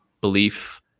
belief